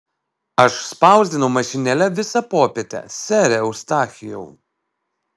aš spausdinau mašinėle visą popietę sere eustachijau